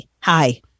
hi